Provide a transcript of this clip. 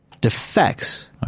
defects